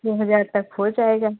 दो हज़ार तक हो जाएगा